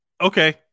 Okay